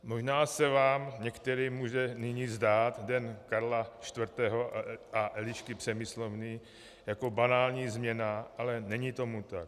Možná se vám některým může nyní zdát Den Karla IV. a Elišky Přemyslovny jako banální změna, ale není tomu tak.